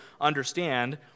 understand